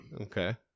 Okay